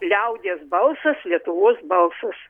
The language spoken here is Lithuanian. liaudies balsas lietuvos balsas